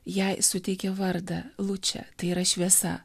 jai suteikė vardą lučė tai yra šviesa